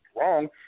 wrong